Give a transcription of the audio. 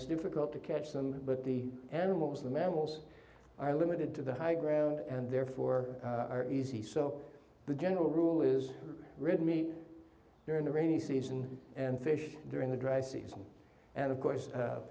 it's difficult to catch them but the animals the mammals are limited to the high ground and therefore are easy so the general rule is rid me during the rainy season and fish during the dry season and of course